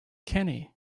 kenny